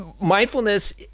mindfulness